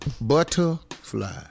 Butterfly